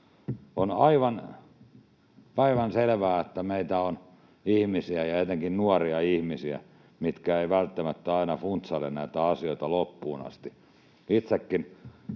On aivan päivänselvää, että meitä on ihmisiä ja etenkin nuoria ihmisiä, mitkä eivät välttämättä aina funtsaile näitä asioita loppuun asti. Itsekin